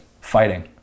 fighting